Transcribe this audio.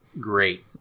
great